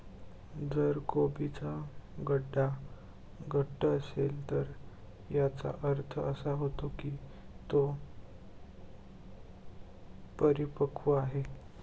जर कोबीचा गड्डा घट्ट असेल तर याचा अर्थ असा होतो की तो परिपक्व आहे